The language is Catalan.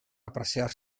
apreciar